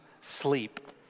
sleep